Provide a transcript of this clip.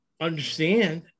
Understand